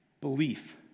belief